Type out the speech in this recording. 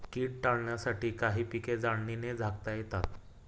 कीड टाळण्यासाठी काही पिके जाळीने झाकता येतात